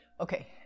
okay